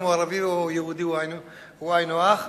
אם הוא ערבי או יהודי הוא היינו הך.